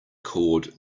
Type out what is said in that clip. cord